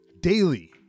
daily